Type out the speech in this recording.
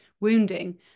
wounding